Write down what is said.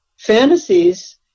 Fantasies